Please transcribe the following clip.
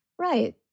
Right